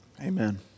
amen